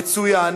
יצוין